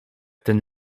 ten